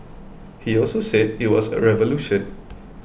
he also said it was a revolution